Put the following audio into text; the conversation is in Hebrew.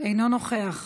אינו נוכח,